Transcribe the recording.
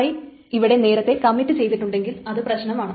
Ti ഇവിടെ നേരത്തെ commit ചെയ്തിട്ടുണ്ടെങ്കിൽ അത് പ്രശ്നമാണ്